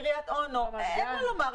קריית-אונו אין מה לומר.